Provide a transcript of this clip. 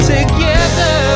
Together